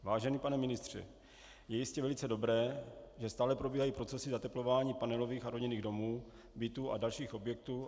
Vážený pane ministře, je jistě velice dobré, že stále probíhají procesy zateplování panelových a rodinných domů, bytů a dalších objektů.